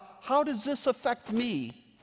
how-does-this-affect-me